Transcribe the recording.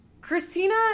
Christina